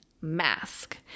Mask